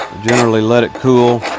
generally let it cool.